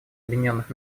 объединенных